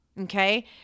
okay